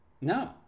No